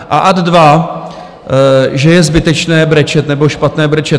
A ad dva, že je zbytečné brečet nebo špatné brečet.